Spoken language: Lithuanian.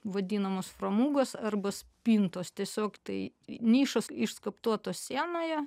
vadinamos fromugos arba spintos tiesiog tai nišos išskaptuotos sienoje